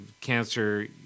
cancer